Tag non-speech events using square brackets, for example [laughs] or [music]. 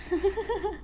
[laughs]